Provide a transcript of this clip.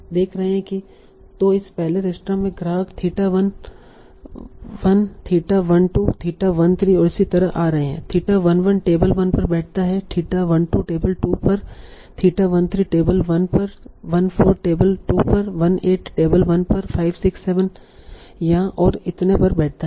तो इस पहले रेस्तरां में ग्राहक थीटा 1 1 थीटा 1 2 थीटा 1 3 और इसी तरह आ रहे हैं थीटा 1 1 टेबल 1 पर बैठता है थीटा 1 2 टेबल 2 पर थीटा 1 3 टेबल 1 पर 1 4 टेबल 2 पर 1 8 टेबल 1 पर 5 6 7 यहाँ और इतने पर बैठता है